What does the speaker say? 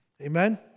Amen